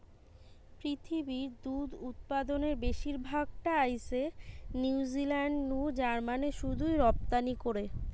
পৃথিবীর দুধ উতপাদনের বেশির ভাগ টা আইসে নিউজিলান্ড নু জার্মানে শুধুই রপ্তানি করে